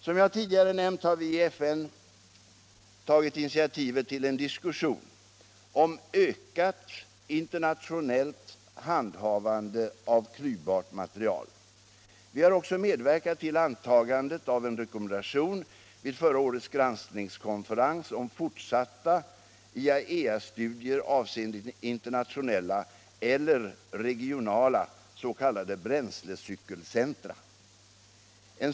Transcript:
Som jag tidigare nämnt har vi i FN tagit initiativet till en diskussion om ökat internationellt handhavande av klyvbart material. Vi har också medverkat till antagandet av en rekommendation vid förra årets granskningskonferens om fortsatta IAEA-studier avseende internationella eller regionala s.k. bränslecykelcentra.